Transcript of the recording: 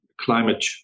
climate